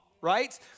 right